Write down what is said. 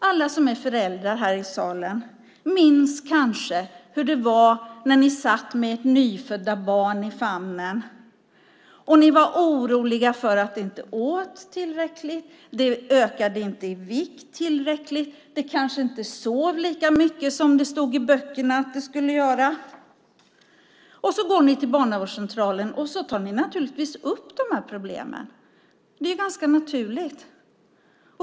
Alla som är föräldrar minns kanske hur det var när ni satt med ert nyfödda barn i famnen. Ni var oroliga för att det inte åt tillräckligt. Det ökade inte i vikt tillräckligt. Det kanske inte sov lika mycket som det stod i böckerna att det skulle göra. När ni går till Barnavårdscentralen tar ni naturligtvis upp de här problemen. Det är ganska naturligt.